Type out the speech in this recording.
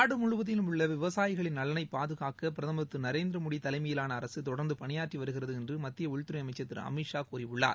நாடு முழுவதிலும் உள்ள விவசாயிகளின் நலனைப் பாதுகாக்க பிரதமர் திரு நரேந்திர மோடி தலைமையிவாள அரசு தொடர்ந்து பணியாற்றி வருகிறது என்று மத்திய உள்துறை அமைச்சர் திரு அமித் ஷா கூறியுள்ளார்